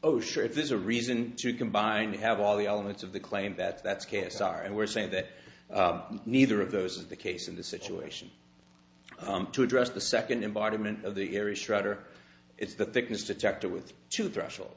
oh sure if there's a reason to combine to have all the elements of the claim that that's k s r and we're saying that neither of those is the case in the situation to address the second environment of the area shredder it's the thickness detector with two threshold